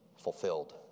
fulfilled